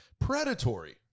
Predatory